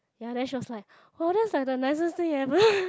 ya then she was like oh that's like the nicest thing you ever